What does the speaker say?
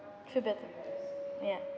feel bad ya